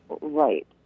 Right